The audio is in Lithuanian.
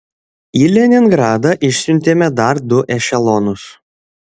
į leningradą išsiuntėme dar du ešelonus